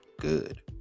good